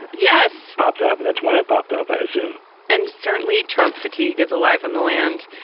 yes. pops up. and that's when it popped up, i assume and certainly trump fatigue is alive in the land.